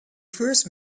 first